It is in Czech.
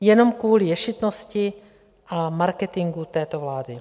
Jenom kvůli ješitnosti a marketingu této vlády.